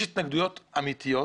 יש התנגדויות אמיתיות,